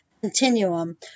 continuum